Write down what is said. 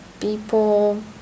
people